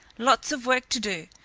lots of work to do,